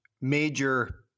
major